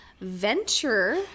venture